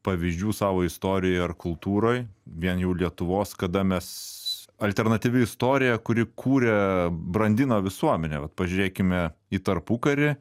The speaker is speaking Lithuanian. pavyzdžių savo istorijoje ar kultūroje vien jau lietuvos kada mes alternatyvi istorija kuri kuria brandina visuomenę vat pažiūrėkime į tarpukarį